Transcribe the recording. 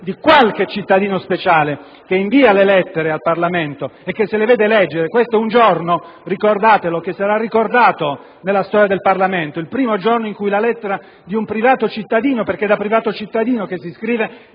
di qualche cittadino speciale, che invia lettere al Parlamento e che se le vede leggere; questo è un giorno che sarà ricordato nella storia del Parlamento: è la prima volta che la lettera di un privato cittadino (perché è da privato cittadino che si scrive)